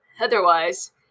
otherwise